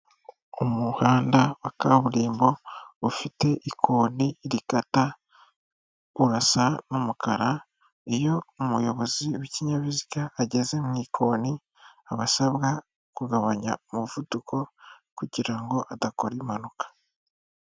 Umuhanda wa kaburimbo ufite ikoni rikata, urasa n'umukara, iyo umuyobozi w'ikinyabiziga ageze mu ikoni, aba asabwa kugabanya umuvuduko kugira ngo adakora impanuka.